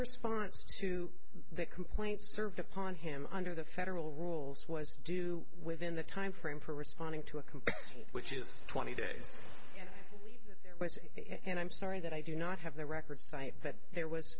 response to the complaint served upon him under the federal rules was due within the timeframe for responding to a complaint which is twenty days and i'm sorry that i do not have the records cite but there was